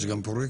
יש גם פרויקטור?